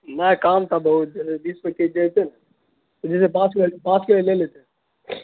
نہیں کام تھا بہت ضروری بیس روپے کے جی دے دیتے پانچ کے جی پانچ کلو لے لیتے